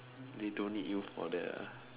they don't need you for that ah